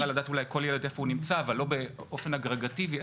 היא צריכה לדעת אולי איפה כל ילד נמצא,